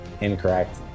Incorrect